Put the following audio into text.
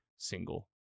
single